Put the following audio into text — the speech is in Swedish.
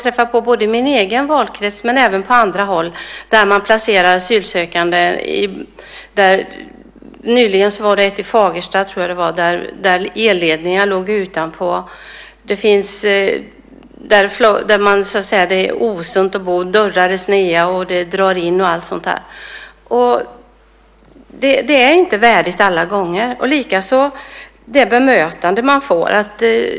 I både min egen valkrets och på andra håll har jag träffat på att man placerar asylsökande i boenden där det är osunt att bo. Nyligen tror jag det var ett i Fagersta där elledningar låg utvändigt. Dörrar är sneda, det drar in och allt sådant. Det är inte värdigt alla gånger. Likaså handlar det om det bemötande man får.